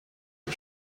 und